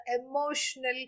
emotional